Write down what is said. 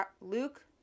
Luke